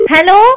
Hello